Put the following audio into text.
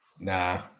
Nah